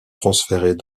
transférés